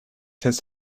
his